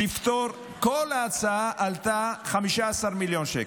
כל ההצעה עלתה 15 מיליון שקל.